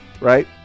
right